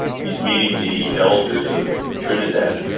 he's meeting the elders of trinidad.